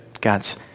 God's